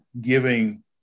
giving